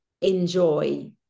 enjoy